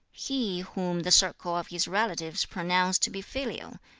he whom the circle of his relatives pronounce to be filial,